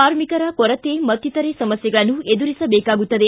ಕಾರ್ಮಿಕರ ಕೊರತೆ ಮತ್ತಿತರೆ ಸಮಸ್ಖೆಗಳನ್ನು ಎದುರಿಸಬೇಕಾಗುತ್ತದೆ